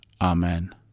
Amen